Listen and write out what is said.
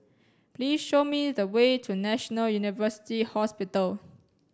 please show me the way to National University Hospital